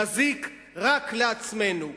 נזיק רק לעצמנו.